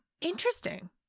interesting